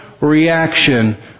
reaction